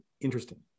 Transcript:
interesting